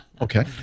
Okay